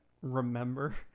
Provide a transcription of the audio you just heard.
remember